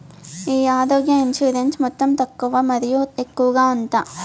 ఈ ఆరోగ్య ఇన్సూరెన్సు మొత్తం తక్కువ మరియు ఎక్కువగా ఎంత?